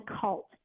cult